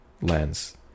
lens